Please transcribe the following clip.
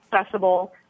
accessible